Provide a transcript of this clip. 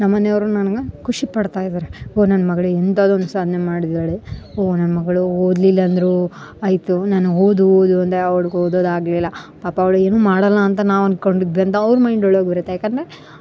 ನಮ್ಮ ಮನೆಯವರು ನನ್ಗೆ ಖುಷಿ ಪಡ್ತಾ ಇದ್ದಾರೆ ಓ ನನ್ನ ಮಗಳು ಇಂಥದೊಂದು ಸಾಧ್ನೆ ಮಾಡಿದ್ದಾಳೆ ಓ ನನ್ನ ಮಗಳು ಓದಲಿಲ್ಲ ಅಂದ್ರು ಆಯಿತು ನಾನು ಓದು ಓದು ಅಂದೆ ಅವ್ಳ್ಗ ಓದದಾಗಲಿಲ್ಲ ಪಾಪ ಅವ್ಳ ಏನು ಮಾಡಲ್ಲ ಅಂತ ನಾವು ಅನ್ಕೊಂಡಿದ್ವಿ ಅಂತ ಅವ್ರ ಮೈಂಡ್ ಒಳಗೂ ಇರುತ್ತೆ ಯಾಕಂದರೆ